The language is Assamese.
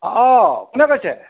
অঁ কোনে কৈছে